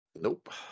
nope